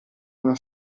una